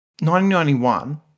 1991